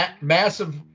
massive